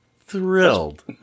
thrilled